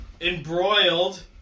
embroiled